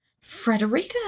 Frederica